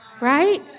right